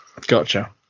Gotcha